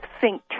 sync